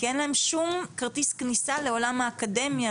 כי אין להם שום כרטיס כניסה לעולם האקדמיה,